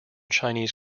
chinese